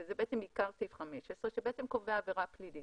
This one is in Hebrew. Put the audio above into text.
וזה בעצם עיקר 15 שקובע עבירה פלילית.